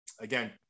again